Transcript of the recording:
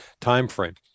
timeframe